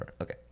Okay